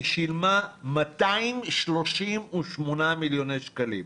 היא שילמה 238 מיליוני שקלים,